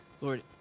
Lord